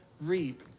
reap